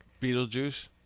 Beetlejuice